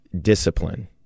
discipline